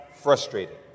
frustrated